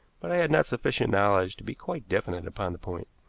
but i had not sufficient knowledge to be quite definite upon the point.